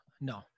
No